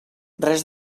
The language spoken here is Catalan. res